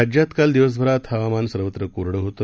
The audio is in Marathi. राज्यातकालदिवसभरातहवामानसर्वत्रकोरडंहोतं